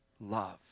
love